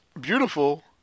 beautiful